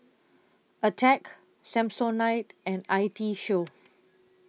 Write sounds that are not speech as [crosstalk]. [noise] Attack Samsonite and I T Show